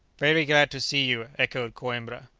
very glad to see you! echoed coimbra,